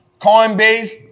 Coinbase